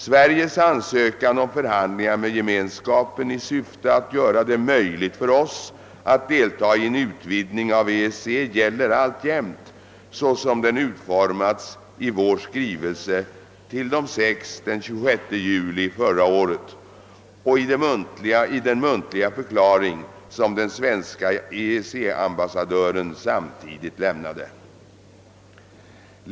Sveriges ansökan om förhandlingar med Gemenskapen i syfte att göra det möjligt för oss att delta i en utvidgning av EEC gäller alltjämt Såsom den utformades i vår skrivelse till De sex den 26 juli förra året och 1! den muntliga förklaring som den Svenska EEC-ambassadören samtidigt lämnade.